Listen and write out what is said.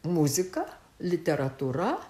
muzika literatūra